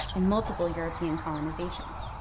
and multiple european colonizations.